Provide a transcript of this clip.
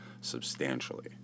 substantially